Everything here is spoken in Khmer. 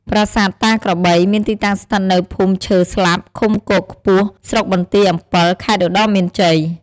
ប្រាសាទតាក្របី មានទីតាំងស្ថិតនៅភូមិឈើស្លាប់ ឃុំគោកខ្ពស់ ស្រុកបន្ទាយអំពិល ខេត្តឧត្តរមានជ័យ។